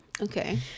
Okay